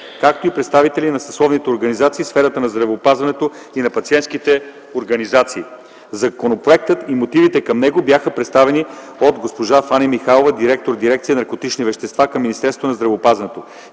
както и представители на съсловните организации в сферата на здравеопазването и на пациентски организации. Законопроектът и мотивите към него бяха представени от госпожа Фани Михайлова – директор на дирекция „Наркотични вещества” към Министерството на здравеопазването.